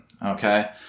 Okay